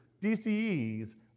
DCEs